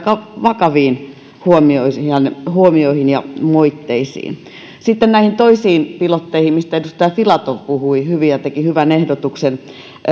vakaviin huomioihin ja moitteisiin sitten näihin toisiin pilotteihin mistä edustaja filatov puhui hyvin ja teki hyvän ehdotuksen